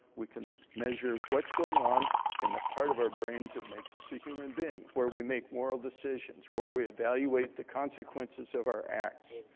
we can measure what's going on in the part of our brains that makes us a human being, where we make moral decisions, where we evaluate the consequences of our acts.